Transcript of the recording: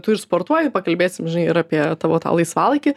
tu ir sportuoji pakalbėsim žinai ir apie tavo tą laisvalaikį